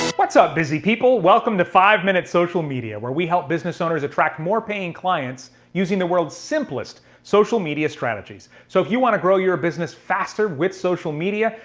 what's up busy people? welcome to five minute social media where we help business owners attract more paying clients using the world's simplest social media strategies. so if you wanna grow your business faster with social media,